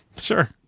Sure